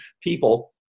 people